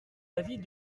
l’avis